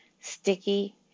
sticky